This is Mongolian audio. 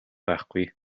байхгүй